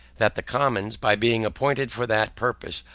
that the commons, by being appointed for that purpose,